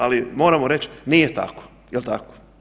Ali moramo reć nije tako, jel tako?